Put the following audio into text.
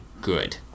good